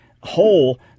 whole